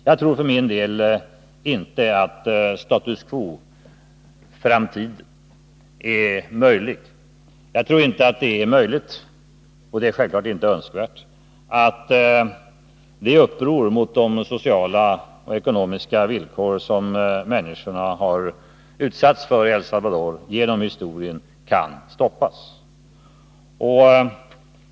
Jag tror för min del inte att status quo-framtiden är möjlig. Jag tror inte det är möjligt — självfallet inte önskvärt — att det uppror, mot de sociala och ekonomiska villkor som människorna genom historien utsatts för i El Salvador, kan stoppas.